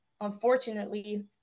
Unfortunately